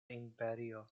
imperio